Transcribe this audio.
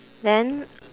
then